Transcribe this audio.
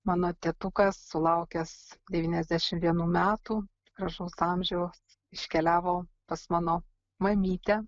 mano tėtukas sulaukęs devyniasdešimt vienų metų gražaus amžiaus iškeliavo pas mano mamytę